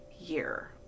year